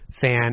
fan